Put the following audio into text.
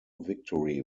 victory